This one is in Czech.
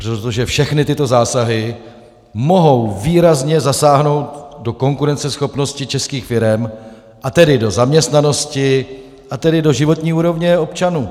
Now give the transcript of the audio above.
Protože všechny tyto zásahy mohou výrazně zasáhnout do konkurenceschopnosti českých firem, a tedy do zaměstnanosti, a tedy do životní úrovně občanů.